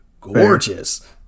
gorgeous